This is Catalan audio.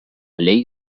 llei